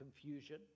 confusion